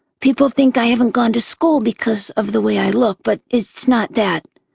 people think i haven't gone to school because of the way i look, but it's not that.